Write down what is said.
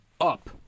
up